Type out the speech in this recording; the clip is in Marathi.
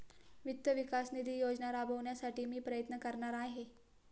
वित्त विकास निधी योजना राबविण्यासाठी मी प्रयत्न करणार आहे